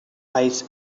eyes